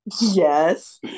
Yes